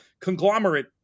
conglomerate